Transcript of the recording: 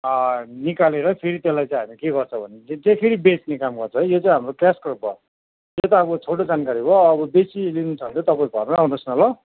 निकालेर फेरि त्यसलाई चाहिँ हामी के गर्छ भनेदेखि चाहिँ त्यो फरि बेच्ने काम गर्छ है यो चाहिँ हाम्रो क्यास क्रप हो यो त अब छोटो जानकारी हो अब बेसी लिनु छ भने चाहिँ तपाईँ घरमै आउनुहो स् न ल